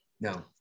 No